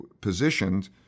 positioned